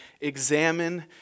examine